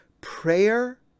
prayer